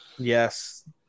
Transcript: Yes